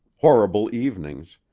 horrible evenings,